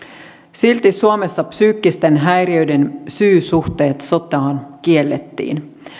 silti suomessa psyykkisten häiriöiden syysuhteet sotaan kiellettiin